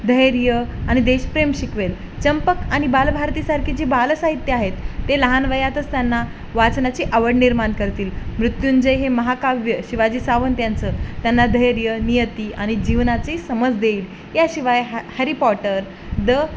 धैर्य आणि देशप्रेम शिकवेल चंपक आणि बालभारतीसारखे जी बाल साहित्य आहेत ते लहान वयातच त्यांना वाचनाची आवड निर्माण करतील मृत्युंजय हे महाकाव्य शिवाजी सावंत यांचं त्यांना धैर्य नियती आणि जीवनाचे समज देईल याशिवाय हॅ हॅरी पॉटर द